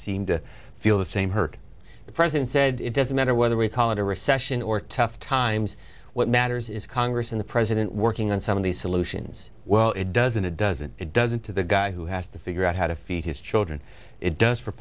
seem to feel the same hurt the president said it doesn't matter whether a holiday a recession or tough times what matters is congress and the president working on some of these solutions well it doesn't it doesn't it doesn't to the guy who has to figure out how to feed his children it does for